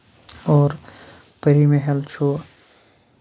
اور پٔری محل چھُ